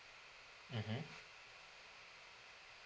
mmhmm